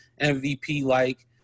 MVP-like